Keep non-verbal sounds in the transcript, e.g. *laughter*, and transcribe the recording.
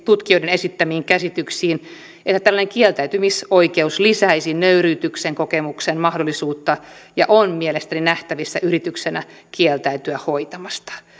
*unintelligible* tutkijoiden esittämiin käsityksiin että tällainen kieltäytymisoikeus lisäisi nöyryytyksen kokemuksen mahdollisuutta ja on mielestäni nähtävissä yrityksenä kieltäytyä hoitamasta